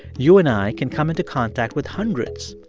you and i can come into contact with hundreds,